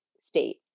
state